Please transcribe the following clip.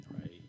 right